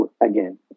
Again